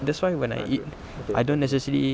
that's why when I eat I don't necessarily